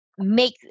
make